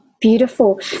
Beautiful